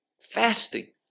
fasting